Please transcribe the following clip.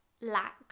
lack